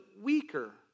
weaker